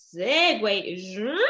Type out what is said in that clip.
segue